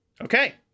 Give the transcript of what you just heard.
Okay